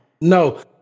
No